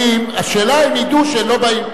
השאלה אם ידעו שלא באים.